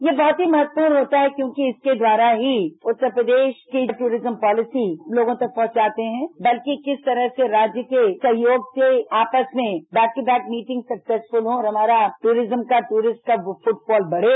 ये बहुत ही महत्वपूर्ण होता क्योंकि इसके द्वारा ही उठारा की दूरिज्म पॉलिसी लोगों तक पहुंचाते है बल्कि किस तरह से राज्य के सहवोग से अपस में back to back meeting successful हो हमारा टूरिज्म का टूरिस्ट कुछ बढ़े